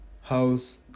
house